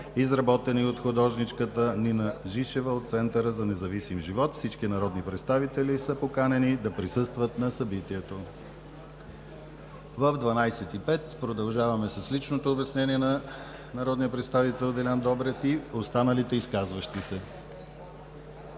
изработени от художничката Нина Жишева от Центъра за независим живот. Всички народни представители са поканени да присъстват на събитието. В 12,05 ч. продължаваме с личното обяснение на народния представител Делян Добрев и останалите, изказващи се.